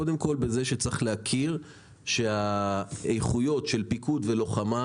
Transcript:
קודם כל בזה שצריך להכיר שהאיכויות של פיקוד ולוחמה